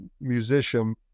musician